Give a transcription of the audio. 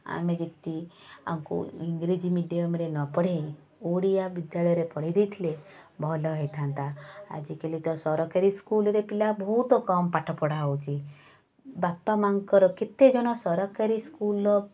ଆମେ ଯଦି ଆଙ୍କୁ ଇଂଗ୍ରେଜୀ ମିଡ଼ିୟମ୍ରେ ନପଢ଼େଇ ଓଡ଼ିଆ ବିଦ୍ୟାଳୟରେ ପଢ଼ାଇ ଦେଇଥିଲେ ଭଲ ହେଇଥାନ୍ତା ଆଜିକାଲି ତ ସରକାରୀ ସ୍କୁଲରେ ତ ପିଲା ବହୁତ କମ୍ ପାଠପଢ଼ା ହେଉଛି ବାପା ମାଆଙ୍କର କେତେଜଣ ସରକାରୀ ସ୍କୁଲର